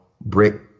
brick